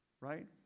right